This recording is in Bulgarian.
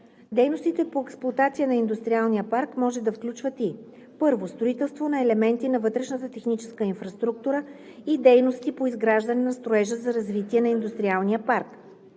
Дейностите по експлоатация на индустриалния парк може да включват и: 1. строителство на елементи на вътрешната техническа инфраструктура и дейности по изграждане на строежи за развитие на индустриалния парк;